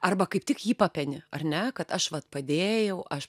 arba kaip tik jį papeni ar ne kad aš vat padėjau aš